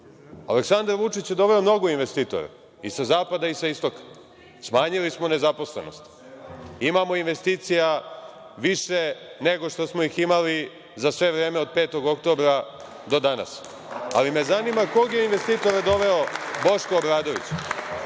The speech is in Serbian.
Srbiju? Aleksandar Vučić je doveo mnogo investitora, i sa zapada i sa istoka. Smanjili smo nezaposlenost, imamo investicija više nego što smo ih imali za sve vreme od 5. oktobra do danas. Ali, me zanima kog je investitora doveo Boško Obradović?